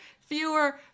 fewer